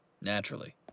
naturally